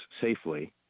safely